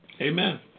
Amen